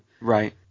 right